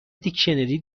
دیکشنری